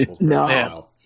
No